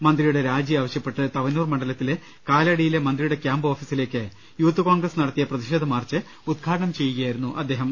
മന്ത്രിയുടെ രാജി ആവശ്യ പ്പെട്ട് തവനൂർ മണ്ഡലത്തിലെ കാലടിയിലെ മന്ത്രിയുടെ ക്യാംപ് ഓഫീസി ലേക്ക് യൂത്ത് കോൺഗ്രസ് നടത്തിയ പ്രതിഷേധ മാർച്ച് ഉദ്ഘാടനം ചെയ്യു കയായിരുന്നും അദ്ദേഹം